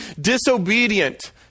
disobedient